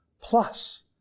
plus